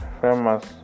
famous